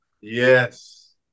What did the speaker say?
Yes